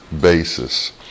basis